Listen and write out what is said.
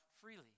freely